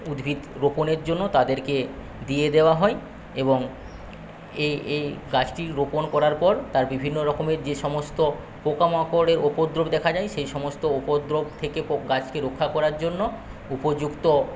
উদ্ভিদ রোপণের জন্য তাদেরকে দিয়ে দেওয়া হয় এবং এই গাছটি রোপণ করার পর তার বিভিন্ন রকমের যে সমস্ত পোকামাকড়ের উপদ্রব দেখা যায় সেই সমস্ত উপদ্রব থেকে গাছকে রক্ষা করার জন্য উপযুক্ত